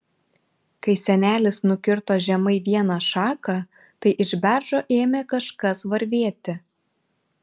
kai senelis nukirto žemai vieną šaką tai iš beržo ėmė kažkas varvėti